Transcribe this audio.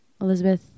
Elizabeth